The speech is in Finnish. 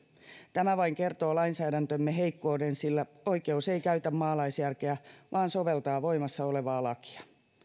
tämä vain kertoo lainsäädäntömme heikkouden sillä oikeus ei käytä maalaisjärkeä vaan soveltaa voimassa olevaa lakia